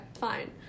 fine